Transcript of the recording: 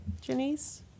Janice